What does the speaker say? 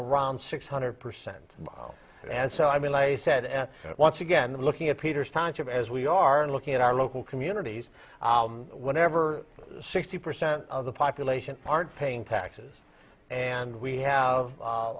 around six hundred percent and so i mean i said at once again looking at peter's times of as we are looking at our local communities whenever sixty percent of the population aren't paying taxes and we have